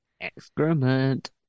Excrement